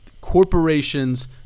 Corporations